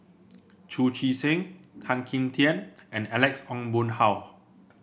Chu Chee Seng Tan Kim Tian and Alex Ong Boon Hau